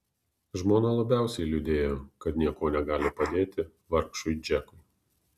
žmona labiausiai liūdėjo kad niekuo negali padėti vargšui džekui